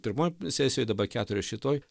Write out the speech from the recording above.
pirmoj serijoj dabar keturios šitoj